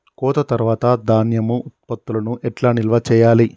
కోత తర్వాత ధాన్యం ఉత్పత్తులను ఎట్లా నిల్వ చేయాలి?